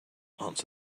answered